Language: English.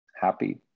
happy